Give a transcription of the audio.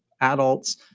adults